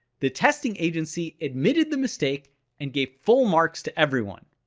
the testing agency admitted the mistake and gave full marks to everyone!